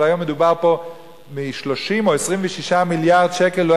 אבל היום מדובר פה ב-30 או 26 מיליארד שקל,